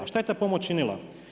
A šta je ta pomoć činila?